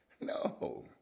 No